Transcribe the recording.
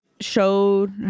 showed